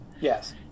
Yes